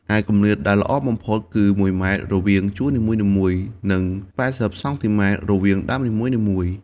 ឯគម្លាតដែលល្អបំផុតគឺ ១ ម៉ែត្រ រវាងជួរនីមួយៗ និង ៨០ សង់ទីម៉ែត្រ រវាងដើមនីមួយៗ។